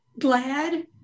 glad